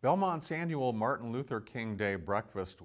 belmont samuel martin luther king day breakfast